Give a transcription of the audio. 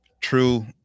true